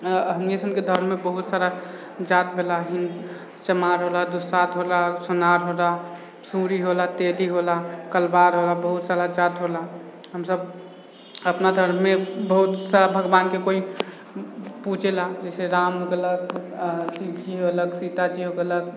हमनी सबके धर्म मे बहुत सारा जात भेला चमार होला दुसाध होला सुनार होला सूरी होला तेली होला कलवार होला बहुत सारा जात होला हमसब अपना धर्म मे बहुत सारा भगवान के कोइ पूजय ला जैसे राम हो गेलअ शिवजी हो गेलअ सीता जी हो गेलअ